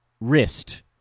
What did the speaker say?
Wrist